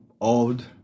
old